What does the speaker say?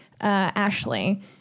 Ashley